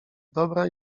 dobra